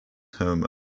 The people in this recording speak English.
home